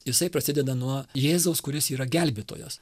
jisai prasideda nuo jėzaus kuris yra gelbėtojas